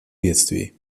бедствий